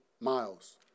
miles